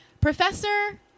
Professor